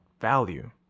Value